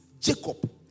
Jacob